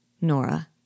Nora